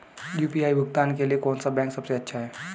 UPI भुगतान के लिए कौन सा बैंक सबसे अच्छा है?